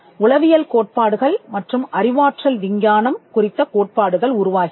உளவியல் கோட்பாடுகள் மற்றும் அறிவாற்றல் விஞ்ஞானம் குறித்த கோட்பாடுகள் உருவாகின